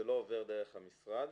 זה לא עובר דרך המשרד.